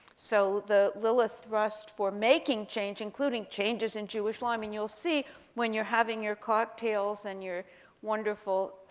so the lilith thrust for making change, including changes in jewish law i mean, you'll see when you're having your cocktails and your wonderful,